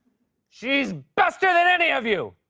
she's bester than any of you!